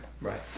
Right